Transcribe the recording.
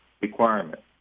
requirement